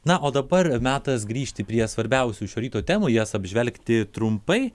na o dabar metas grįžti prie svarbiausių šio ryto temų jas apžvelgti trumpai